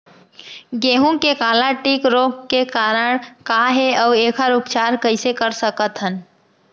गेहूँ के काला टिक रोग के कारण का हे अऊ एखर उपचार कइसे कर सकत हन?